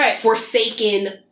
forsaken